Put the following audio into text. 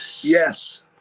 Yes